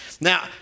Now